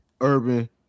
Urban